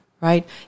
right